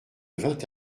vingt